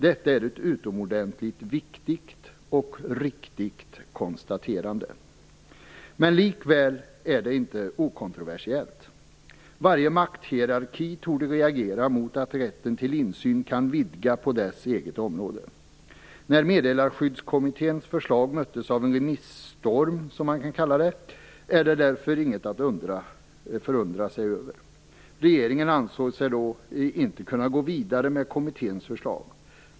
Detta är ett utomordentligt viktigt och riktigt konstaterande. Likväl är det inte okontroversiellt. Varje makthierarki torde reagera mot att rätten till insyn kan vidgas på dess eget område. När Meddelarskyddskommitténs förslag möttes av en remisstorm, som man kan kalla det, var det därför inget att förundra sig över. Regeringen ansåg sig då inte kunna gå vidare med kommitténs förslag.